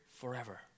forever